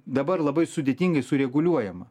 dabar labai sudėtingai sureguliuojama